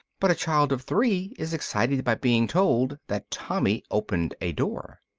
but a child of three is excited by being told that tommy opened a door.